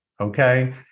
Okay